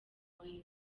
wayne